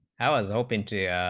i was open to